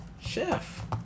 Chef